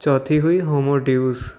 चोथीं हुई होमो ड्यूस